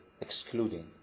excluding